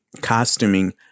costuming